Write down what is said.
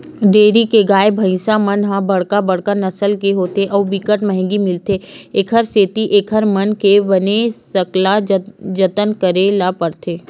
dairy के गाय, भइसी मन ह बड़का बड़का नसल के होथे अउ बिकट महंगी मिलथे, एखर सेती एकर मन के बने सकला जतन करे ल परथे